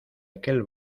aquel